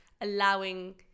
allowing